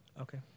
Okay